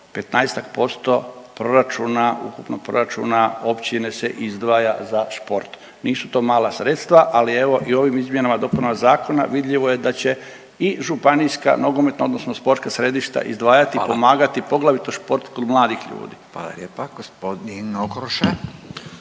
proračuna, ukupnog proračuna općine se izdvaja za šport, nisu to mala sredstva, ali evo i ovim izmjenama i dopunama zakona vidljivo je da će i županijska nogometna odnosno sportska središta izdvajati i .../Upadica: Hvala./... pomagati, poglavito šport kod mladih ljudi. **Radin, Furio